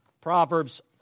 Proverbs